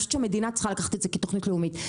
אני חושבת שהמדינה צריכה לקחת את זה כתוכנית לאומית,